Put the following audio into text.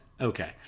Okay